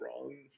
wrong